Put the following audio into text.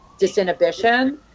disinhibition